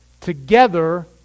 together